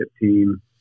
team